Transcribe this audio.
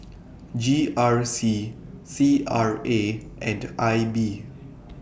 G R C C R A and I B